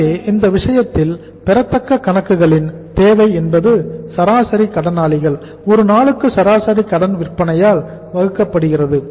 எனவே இந்த விஷயத்தில் பெறத்தக்க கணக்குகள் தேவை என்பது சராசரி கடனாளிகள் ஒரு நாளுக்கு சராசரி கடன் விற்பனையால் வகுக்கப்படுகிறது